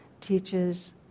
teaches